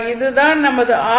இது தான் நமது R